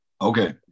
Okay